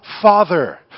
Father